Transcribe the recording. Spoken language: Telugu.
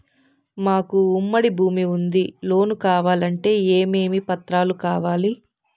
మాకు ఉమ్మడి భూమి ఉంది లోను కావాలంటే ఏమేమి పత్రాలు కావాలి?